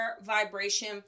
vibration